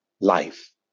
life